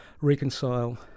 reconcile